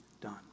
done